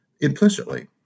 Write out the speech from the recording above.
implicitly